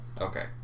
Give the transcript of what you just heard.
Okay